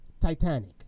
Titanic